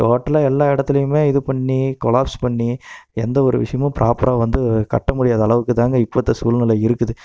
டோட்டலாக எல்லா எடத்துலேயுமே இது பண்ணி கொலாப்ஸ் பண்ணி எந்த ஒரு விஷயமும் ப்ராப்பராக வந்து கட்ட முடியாத அளவுக்கு தாங்க இப்பத்தய சூழ்நெலை இருக்குது